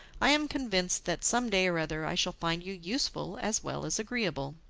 i am convinced that some day or other i shall find you useful as well as agreeable.